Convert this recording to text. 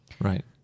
right